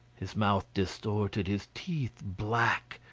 his mouth distorted, his teeth black,